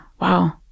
Wow